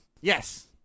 Yes